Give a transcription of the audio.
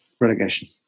relegation